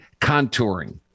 contouring